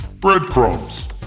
breadcrumbs